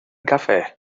café